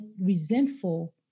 resentful